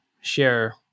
share